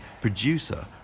producer